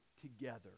together